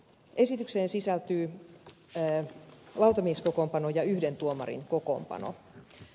esitykseen sisältyy lautamieskokoonpano ja yhden tuomarin kokoonpano